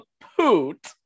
poot